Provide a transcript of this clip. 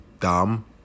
dumb